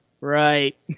right